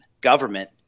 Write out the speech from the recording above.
government